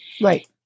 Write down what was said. Right